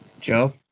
Joe